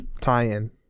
tie-in